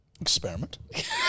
experiment